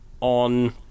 on